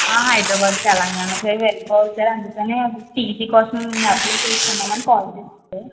Hyderabad Telangana side వెళ్ళి పోవాలి sir అందుకనే టీసి కోసం అప్లై చేసుకుందామని కాల్ చేసాను సార్